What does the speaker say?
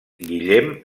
guillem